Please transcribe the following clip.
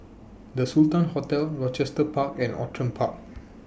The Sultan Hotel Rochester Park and Outram Park